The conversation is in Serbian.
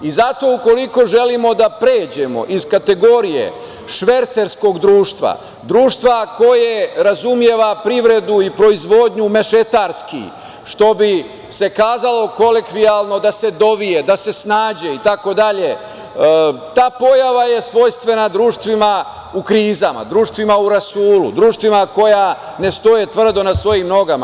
Zato ukoliko želimo da pređemo iz kategorije švercerskog društva, društva koje razume privredu i proizvodnju mešetarski, što bi se kazalo kolokvijalno da se dovije, da se snađe, itd, ta pojava je svojstvena društvima u krizama, društvima u rasulu, društvima koja ne stoje tvrdo na svojim nogama.